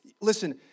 Listen